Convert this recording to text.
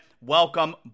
welcome